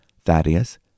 Thaddeus